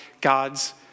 God's